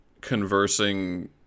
conversing